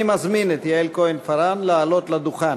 אני מזמין את יעל כהן-פארן לעלות לדוכן.